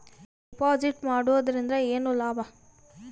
Deposit ಮಾಡುದರಿಂದ ಏನು ಲಾಭ?